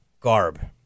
garb